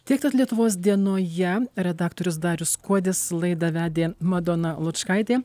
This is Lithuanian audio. tiek tad lietuvos dienoje redaktorius darius kuodis laidą vedė madona lučkaitė